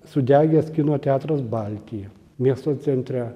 sudegęs kino teatras baltija miesto centre